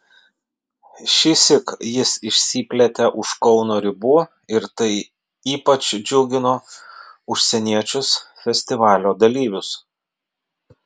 šįsyk jis išsiplėtė už kauno ribų ir tai ypač džiugino užsieniečius festivalio dalyvius